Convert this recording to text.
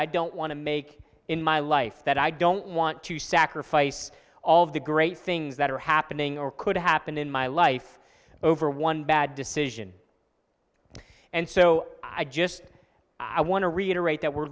i don't want to make in my life that i don't want to sacrifice all of the great things that are happening or could happen in my life over one bad decision and so i just i want to reiterate that we're